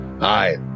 Hi